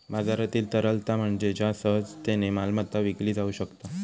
बाजारातील तरलता म्हणजे ज्या सहजतेन मालमत्ता विकली जाउ शकता